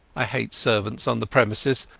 i hate servants on the premises,